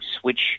switch